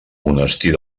monestir